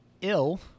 ill